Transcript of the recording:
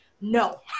No